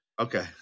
Okay